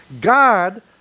god